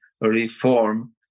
reform